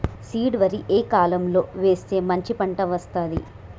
Seed వరి ఏ కాలం లో వేస్తే మంచి పంట వస్తది?